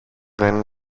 δεν